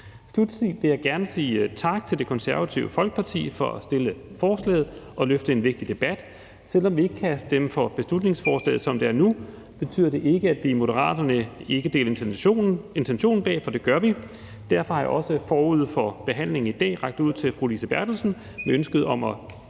Sluttelig vil jeg gerne sige tak til Det Konservative Folkeparti for at fremsætte forslaget og løfte en vigtig debat. Selv om vi ikke stemme for beslutningsforslaget, som det er nu, betyder det ikke, at vi i Moderaterne ikke deler intentionen bag, for det gør vi. Derfor har jeg også forud for behandlingen i dag rakt ud til fru Lise Bertelsen med ønsket om at